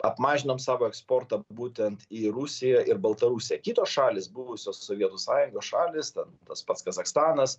apmažinom savo eksportą būtent į rusiją ir baltarusiją kitos šalys buvusios sovietų sąjungos šalys ten tas pats kazachstanas